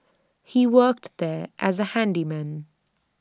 he worked there as A handyman